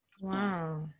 wow